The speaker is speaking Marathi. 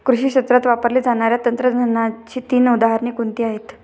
कृषी क्षेत्रात वापरल्या जाणाऱ्या तंत्रज्ञानाची तीन उदाहरणे कोणती आहेत?